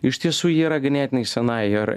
iš tiesų ji yra ganėtinai sena ir